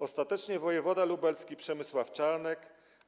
Ostatecznie wojewoda lubelski Przemysław Czarnek